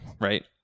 Right